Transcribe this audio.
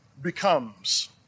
becomes